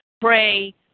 Pray